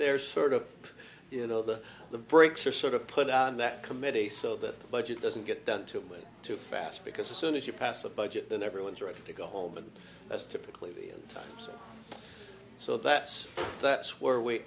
there's sort of you know that the brakes are sort of put on that committee so that the budget doesn't get done too much too fast because as soon as you pass a budget then everyone's ready to go home and that's typically the times so that's that's where we